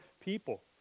people